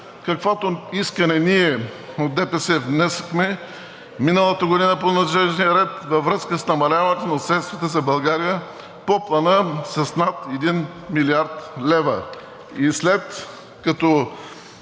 каквото искане ние от ДПС внесохме миналата година по надлежния ред във връзка с намаляването на средствата за България по Плана с над 1 млрд. лв.